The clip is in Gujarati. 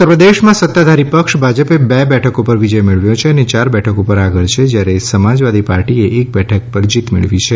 ઉતરપ્રદેશમાં સતાધારી ભાજપે બે બેઠકો પર વિજય મેળવ્યો અને ચાર બેઠકો પર આગળ છે જયારે સમાજવાદી પાર્ટીએ એક બેઠક પર જીત મેળવી છે